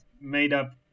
made-up